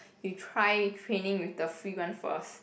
you try training with the free one first